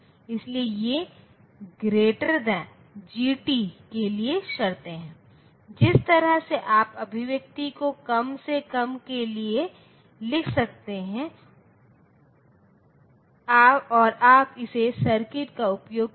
अब यह AND gate कहता है कि आउटपुट 0 होना चाहिए जब कम से कम एक इनपुट 0 है जब दोनों इनपुट 1 हैं तो आउटपुट 1 होना चाहिए